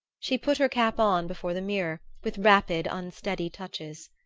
she put her cap on before the mirror, with rapid unsteady touches.